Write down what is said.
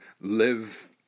live